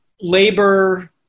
labor